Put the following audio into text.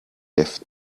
left